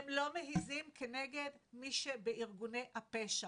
הם לא מעזים כנגד מי שבארגוני הפשע.